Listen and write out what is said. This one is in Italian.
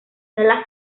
nella